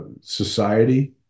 society